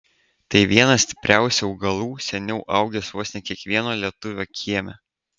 tai vienas stipriausių augalų seniau augęs vos ne kiekvieno lietuvio kieme